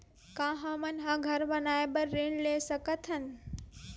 का हमन घर बनाए बार ऋण ले सकत हन?